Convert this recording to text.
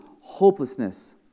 hopelessness